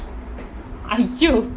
!aiyo!